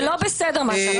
זה לא בסדר מה שאת עושה.